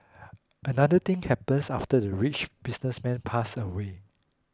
another thing happenes after the rich businessman pass away